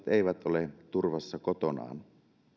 eivät ole turvassa kotonaan